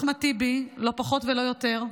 אחמד טיבי, לא פחות ולא יותר,